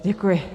Děkuji.